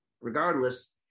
regardless